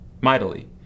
mightily